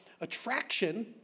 attraction